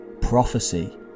prophecy